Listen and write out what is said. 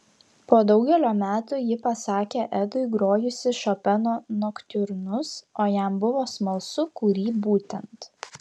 po daugelio metų ji pasakė edui grojusi šopeno noktiurnus o jam buvo smalsu kurį būtent